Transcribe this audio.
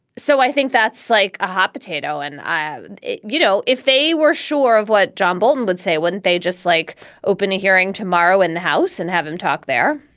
so i think that's like a hot potato. and, you know, if they were sure of what john bolton would say, wouldn't they just like opened a hearing tomorrow in the house and have him talk there?